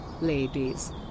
ladies